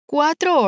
Cuatro